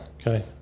okay